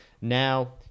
Now